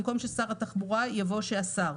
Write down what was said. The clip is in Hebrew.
במקום "ששר התחבורה" יבוא "שהשר".